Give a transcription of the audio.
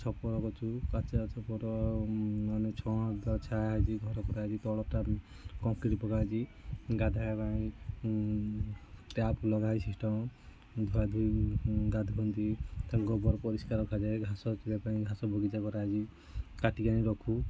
ଛପର କରିଛୁ ଛପର ମାନେ ଛଣଟା ଛାଆ ହୋଇଛି ଘର କରା ହୋଇଛି ତଳଟା ବି କଂକ୍ରିଟ୍ ପକା ହେଇଛି ଗାଧୋଇବା ପାଇଁ ଟ୍ୟାପ୍ ଲଗା ହୋଇଛି ସିଷ୍ଟମ୍ ଧୁଆ ଧୁଇ ଗାଧାନ୍ତି ତାଙ୍କ ଗୋବର ପରିଷ୍କାର ରଖାଯାଏ ଘାସ ରଖିବା ପାଇଁ ଘାସ ବଗିଚା କରାଯାଇଛି କାଟିକି ଆଣି ରଖୁ